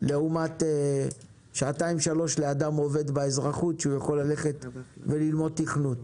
לעומת שעתיים-שלוש לאדם עובד באזרחות שיכול ללכת וללמוד תכנות.